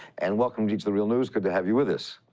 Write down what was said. and welcome, jeet, to the real news. good to have you with us.